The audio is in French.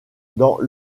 dans